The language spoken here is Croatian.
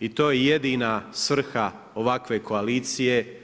I to je jedina svrha ovakve koalicije,